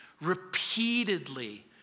repeatedly